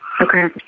Okay